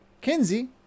Kinsey